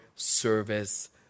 service